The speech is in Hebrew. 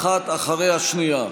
אחת אחרי השנייה.